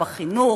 לא בחינוך,